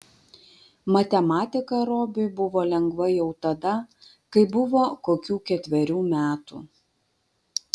matematika robiui buvo lengva jau tada kai buvo kokių ketverių metų